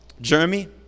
Jeremy